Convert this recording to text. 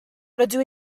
rydw